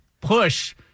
push